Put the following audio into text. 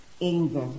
anger